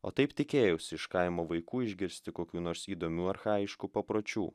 o taip tikėjausi iš kaimo vaikų išgirsti kokių nors įdomių archajiškų papročių